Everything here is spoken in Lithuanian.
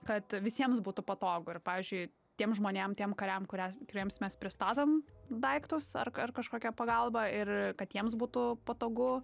kad visiems būtų patogu ir pavyzdžiui tiems žmonėm tiem kariam kurias kuriems mes pristatom daiktus ar ar kažkokią pagalbą ir kad jiems būtų patogu